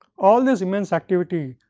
all this immense activity,